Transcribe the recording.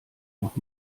noch